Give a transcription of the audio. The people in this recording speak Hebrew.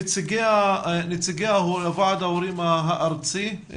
נציגי ועד ההורים הארצי,